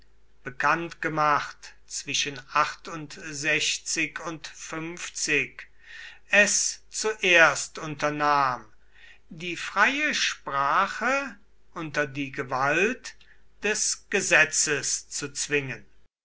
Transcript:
es zuerst unternahm die freie sprache unter die gewalt des gesetzes zu zwingen